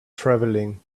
travelling